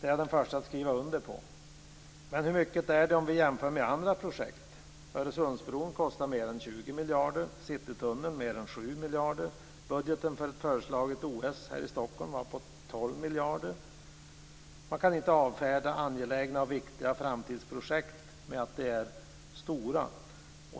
det är jag den första att skriva under på. Men hur mycket är det om vi jämför med andra projekt? Öresundsbron kostar mer än 20 miljarder. Citytunneln kostar mer än 7 Man kan inte avfärda angelägna och viktiga framtidsprojekt med att de är stora.